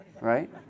right